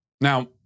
Now